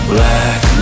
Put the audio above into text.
Black